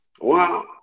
Wow